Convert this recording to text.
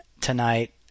tonight